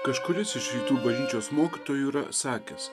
kažkuris iš rytų bažnyčios mokytojų yra sakęs